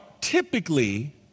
typically